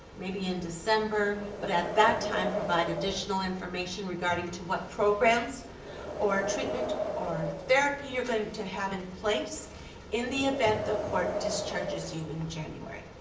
maybe in december, but at that time provide additional information regarding to what programs or treatment or therapy you're going to have in place in the event the court discharges you in january,